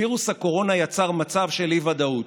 וירוס הקורונה יצר מצב של אי-ודאות.